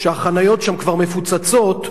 שהחניות שם כבר מפוצצות,